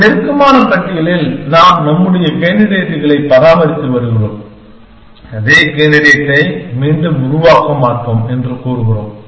ஒரு நெருக்கமான பட்டியலில் நாம் நம்முடைய கேண்டிடேட்டுகளை பராமரித்து வருகிறோம் அதே கேண்டிடேட்டை மீண்டும் உருவாக்க மாட்டோம் என்று கூறுகிறோம்